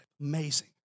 Amazing